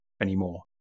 anymore